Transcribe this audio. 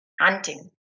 hunting